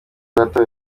bato